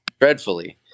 dreadfully